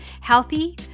healthy